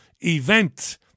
event